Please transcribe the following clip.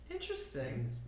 Interesting